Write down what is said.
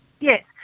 Yes